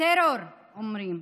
טרור, אומרים.